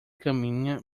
caminha